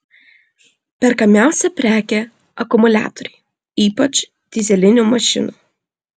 perkamiausia prekė akumuliatoriai ypač dyzelinių mašinų